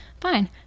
fine